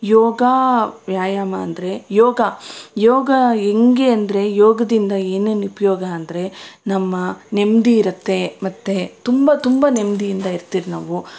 ಯೋಗ ವ್ಯಾಯಾಮ ಅಂದರೆ ಯೋಗ ಯೋಗ ಹೆಂಗೆ ಅಂದರೆ ಯೋಗದಿಂದ ಏನೇನು ಉಪಯೋಗ ಅಂದರೆ ನಮ್ಮ ನೆಮ್ಮದಿ ಇರುತ್ತೆ ಮತ್ತು ತುಂಬ ತುಂಬ ನೆಮ್ಮದಿಯಿಂದ ಇರ್ತೀವಿ ನಾವು